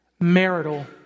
marital